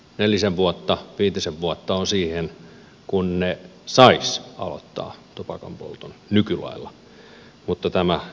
nelisen vuotta viitisen vuotta on siihen kun he saisivat aloittaa tupakanpolton nykylailla mutta tämä estäisi sen